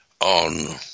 on